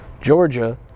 Georgia